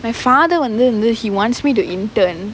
my father வந்து வந்து:vanthu vanthu he wants me to intern